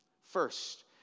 First